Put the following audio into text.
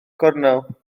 gornel